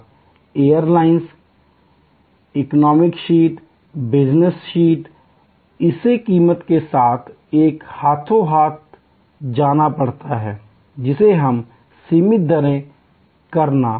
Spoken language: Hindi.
airlines economy seat business seat इसे कीमत के साथ एक साथ हाथो हाथ जाना पड़ता है जिसे हम सिमित दरें करना रेट फेंसिंग कहते हैं